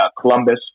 Columbus